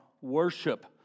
worship